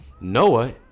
Noah